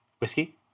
Whiskey